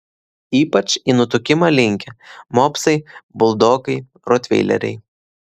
ypač į nutukimą linkę mopsai buldogai rotveileriai